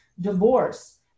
divorce